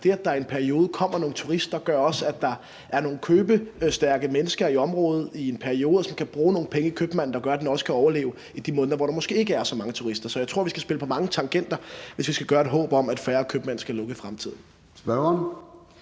det, at der i en periode kommer nogle turister, gør også, at der i en periode er nogle købestærke mennesker i området, som kan bruge nogle penge hos købmanden, hvilket gør, at den også kan overleve i de måneder, hvor der måske ikke er så mange turister. Så jeg tror, at vi skal spille på mange tangenter, hvis vi skal gøre os håb om, at færre købmænd skal lukke i fremtiden. Kl.